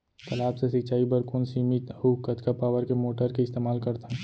तालाब से सिंचाई बर कोन सीमित अऊ कतका पावर के मोटर के इस्तेमाल करथन?